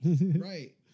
Right